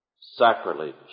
Sacrilege